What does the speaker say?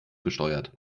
gesteuert